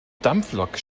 dampflok